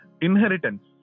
inheritance